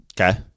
Okay